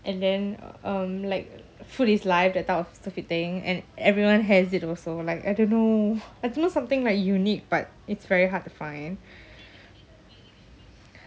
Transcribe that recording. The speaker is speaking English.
and then um like food is life that type of stupid thing and everyone has it also like I don't know I don't know something like unique but it's very hard to find